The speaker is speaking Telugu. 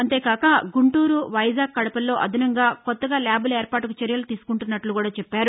అంతేగాక గుంటూరు వైజాగ్ కడపలో అదనంగా కొత్తగా ల్యాబ్ల ఏర్పాటుకు చర్యలు తీసుకుంటున్నట్ల కూడా చెప్పారు